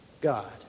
God